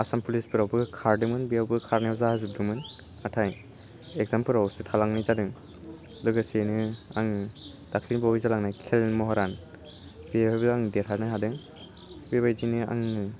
आसाम पुलिसफोरावबो खारदोंमोन बेयावबो खारनायाव जाजोबदोंमोन नाथाय एगजामफोरावसो थालांनाय जादों लोगोसेनो आङो दाख्लालि बावै जालांनाय खेल महरान बेवहायबो आं देरहानो हादों बेबायदिनो आङो